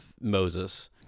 Moses